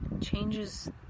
changes